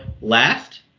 last